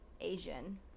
asian